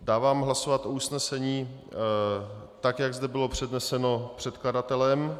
Dávám hlasovat o usnesení, tak jak zde bylo předneseno předkladatelem.